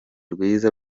rwiza